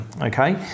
Okay